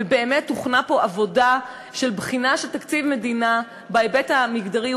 ובאמת הוכנה פה עבודה של בחינת תקציב המדינה בהיבט המגדרי.